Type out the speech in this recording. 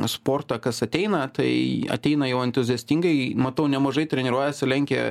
sportą kas ateina tai ateina jau entuziastingai matau nemažai treniruojasi lenkia